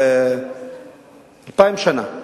דברו, ובזה נגמר העניין.